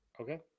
okay